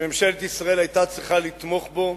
שממשלת ישראל היתה צריכה לתמוך בו,